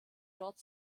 dort